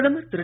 பிரதமர் திரு